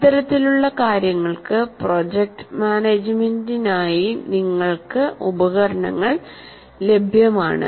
ഇത്തരത്തിലുള്ള കാര്യങ്ങൾക്ക് പ്രോജക്റ്റ് മാനേജുമെന്റിനായി നിങ്ങൾക്ക് ഉപകരണങ്ങൾ ലഭ്യമാണ്